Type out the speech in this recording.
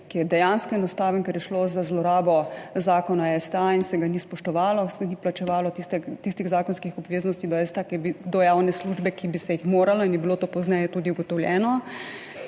ki je dejansko enostaven, ker je šlo za zlorabo Zakona o STA in se ga ni spoštovalo, se ni plačevalo tistih zakonskih obveznosti do STA, do javne službe, ki bi se jih moralo, in je bilo to pozneje tudi ugotovljeno